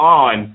on